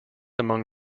among